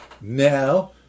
Now